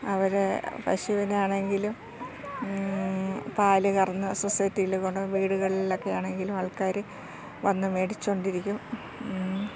അവരെ പശുവിനാണെങ്കിലും പാൽ കറന്നു സൊസൈറ്റിയിൽ കൊണ്ട് വീടുകളിലൊക്കെ ആണെങ്കിലും ആൾക്കാർ വന്നു മേടിച്ചു കൊണ്ടിരിക്കും